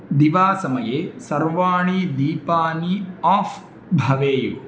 दिवासमये सर्वाणि दीपानि आफ़् भवेयुः